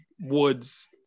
Woods